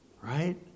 Right